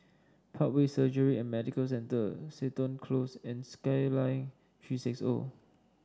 Parkway Surgery and Medical Centre Seton Close and Skyline Three six O